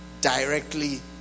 directly